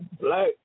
black